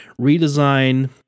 redesign